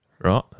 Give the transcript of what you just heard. Right